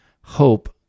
hope